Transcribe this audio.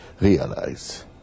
realize